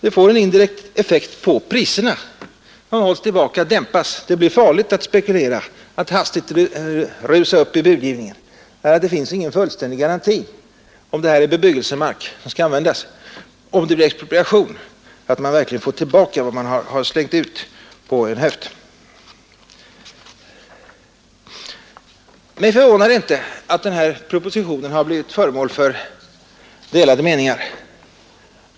Den får indirekt en dämpande effekt på priserna; det blir farligt att spekulera och att hastigt rusa upp i budgivningen när det inte finns någon fullständig garanti för att man vid en expropriation verkligen får tillbaka vad man slängt ut på en höft. Mig förvånar det inte att den här propositionen blivit föremål för delade meningar.